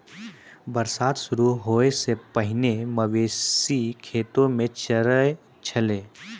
बरसात शुरू होय सें पहिने मवेशी खेतो म चरय छलै